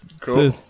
Cool